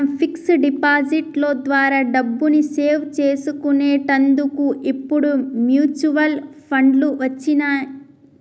మనం fix deposit లో ద్వారా డబ్బుని సేవ్ చేసుకునేటందుకు ఇప్పుడు మ్యూచువల్ ఫండ్లు వచ్చినియ్యి